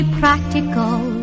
practical